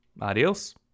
Adios